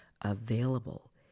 available